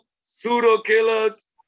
Pseudo-killers